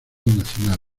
nacional